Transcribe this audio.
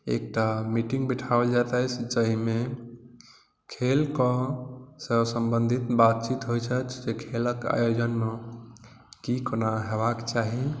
एकटा मीटिङ्ग बैठाओल जाता है जाहिमे खेलसँ सम्बंधित बात चित होइत छै से खेलक आयोजनमे की कोना होयबाक चाही